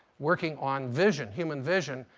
working on vision, human vision,